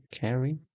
carry